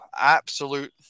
absolute